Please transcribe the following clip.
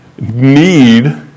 need